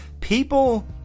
people